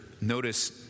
Notice